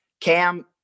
Cam